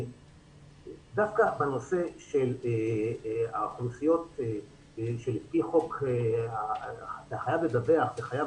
דווקא בנושא של האוכלוסיות שלפי חוק אתה חייב לדווח וחייב